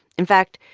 in fact,